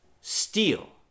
steal